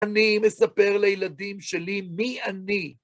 אני מספר לילדים שלי מי אני.